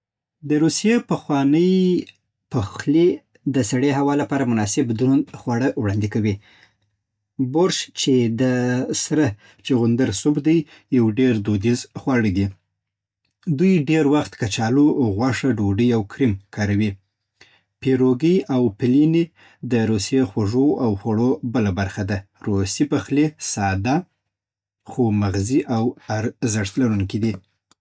د روسیې پخوانی پخلی د سړې هوا لپاره مناسب دروند خواړه وړاندې کوي. بورش، چې د سره چغندر سوپ دی، یو ډېر دودیز خواړه دی. دوی ډېری وخت کچالو، غوښه، ډوډۍ او کریم کاروي. پیروګي او بلیني د روسي خوږو او خوړو بله برخه ده. روسي پخلی ساده، خو مغذي او زړښت لرونکی دی.